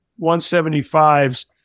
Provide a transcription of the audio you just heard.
175s